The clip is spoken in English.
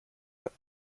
them